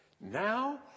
Now